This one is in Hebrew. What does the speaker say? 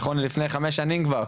נכון ללפני חמש שנים כבר,